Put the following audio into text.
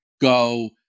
go